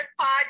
podcast